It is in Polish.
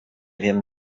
wiem